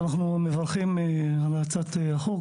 אנחנו מברכים על הצעת החוק,